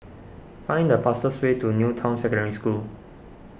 find the fastest way to New Town Secondary School